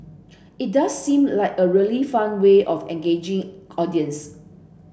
it does seem like a really fun way of engaging audiences